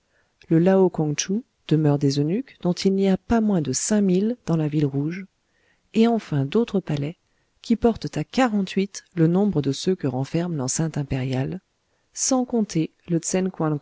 le lao kongtchou demeure des eunuques dont il n'y a pas moins de cinq mille dans la ville rouge et enfin d'autres palais qui portent à quarante-huit le nombre de ceux que renferme l'enceinte impériale sans compter le